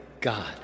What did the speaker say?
God